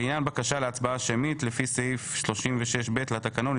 לעניין בקשה להצבעה שמית לפי סעיף 36ב לתקנות,